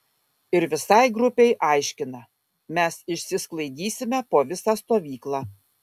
ir visai grupei aiškina mes išsisklaidysime po visą stovyklą